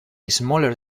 smaller